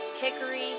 Hickory